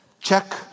Check